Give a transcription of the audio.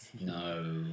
No